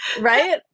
Right